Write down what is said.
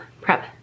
prep